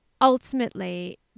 ultimately